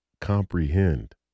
comprehend